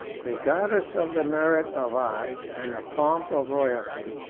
regardless of the merit of art, and the pomp of royalty,